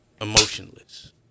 emotionless